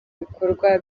bikorwa